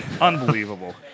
Unbelievable